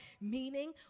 meaning